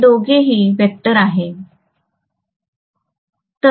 हे दोघेही वेक्टर आहेत